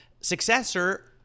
successor